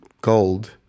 gold